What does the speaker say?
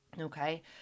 Okay